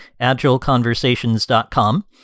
agileconversations.com